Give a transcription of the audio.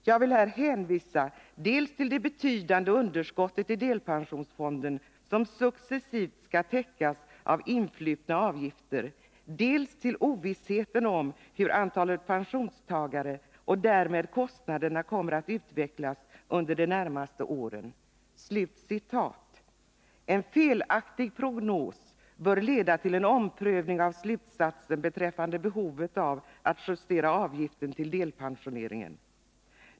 Jag vill här hänvisa dels till det betydande underskottet i delpensionsfonden som successivt skall täckas av influtna avgifter, dels till ovissheten om hur antalet delpensionstagare och därmed kostnaderna kommer att utvecklas under de närmaste åren.” En felaktig prognos bör leda till en omprövning av slutsatsen beträffande behovet av att justera avgiften till delpensioneringen.